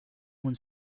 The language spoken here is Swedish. hon